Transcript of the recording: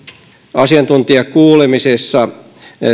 asiantuntijakuulemisessa